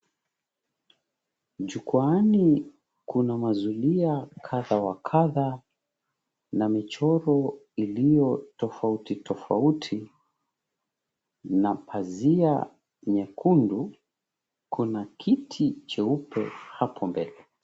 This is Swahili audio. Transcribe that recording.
Jukwaani kuna mazulia kadha wa kadha, na michoro iliyo tofauti tofauti. Na pazia nyekundu, kuna kiti cheupe hapo mbele.